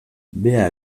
bea